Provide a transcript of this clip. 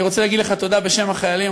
אני רוצה להגיד לך תודה בשם החיילים.